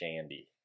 Shandy